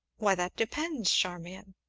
why, that depends, charmian.